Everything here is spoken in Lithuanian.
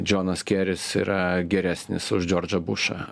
džonas keris yra geresnis už džordžą bušą